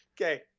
Okay